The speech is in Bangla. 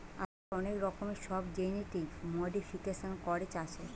আজকাল অনেক রকমের সব জেনেটিক মোডিফিকেশান করে চাষের